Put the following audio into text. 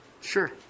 sure